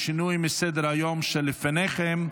בשינוי מסדר-היום שלפניכם,